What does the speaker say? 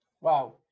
wow